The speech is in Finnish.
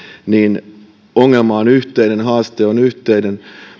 niin ongelma on yhteinen haaste on yhteinen